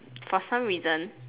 for some reason